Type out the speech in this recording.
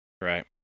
Right